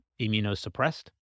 immunosuppressed